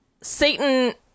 satan